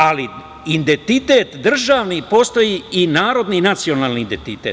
Ali, identitet državni postoji i narodni i nacionalni identite.